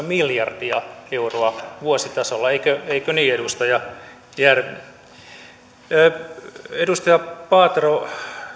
miljardia euroa vuositasolla eikö niin edustaja järvinen edustaja paatero